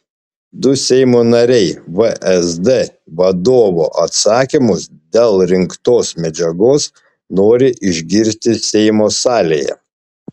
du seimo nariai vsd vadovo atsakymus dėl rinktos medžiagos nori išgirsti seimo salėje